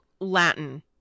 Latin